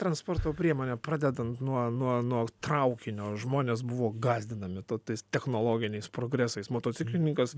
transporto priemonė pradedant nuo nuo nuo traukinio žmonės buvo gąsdinami ta tais technologiniais progresais motociklininkas